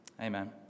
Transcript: Amen